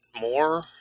more